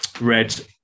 red